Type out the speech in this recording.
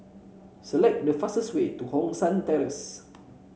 select the fastest way to Hong San Terrace